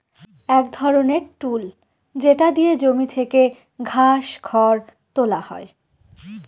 এক ধরনের টুল যেটা দিয়ে জমি থেকে ঘাস, খড় তুলা হয়